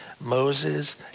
Moses